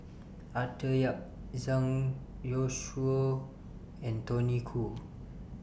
Arthur Yap Zhang Youshuo and Tony Khoo